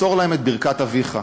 מסור להם את ברכת אביך.